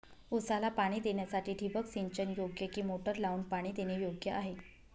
ऊसाला पाणी देण्यासाठी ठिबक सिंचन योग्य कि मोटर लावून पाणी देणे योग्य आहे?